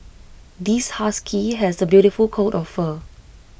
this husky has A beautiful coat of fur